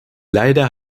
leider